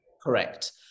Correct